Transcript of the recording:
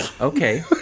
Okay